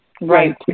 Right